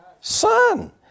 Son